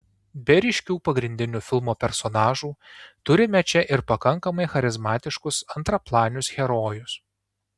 be ryškių pagrindinių filmo personažų turime čia ir pakankamai charizmatiškus antraplanius herojus